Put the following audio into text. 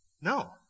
No